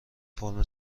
فرم